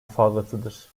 fazlasıdır